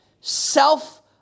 self